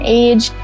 age